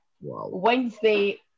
Wednesday